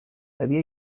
havia